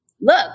Look